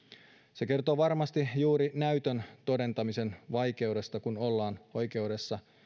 se kertoo varmasti juuri näytön todentamisen vaikeudesta kun ollaan oikeudessa